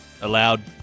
Allowed